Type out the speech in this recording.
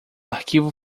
arquivo